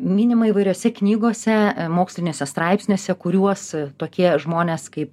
minima įvairiose knygose moksliniuose straipsniuose kuriuos tokie žmonės kaip